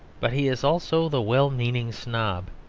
but he is also the well-meaning snob.